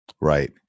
Right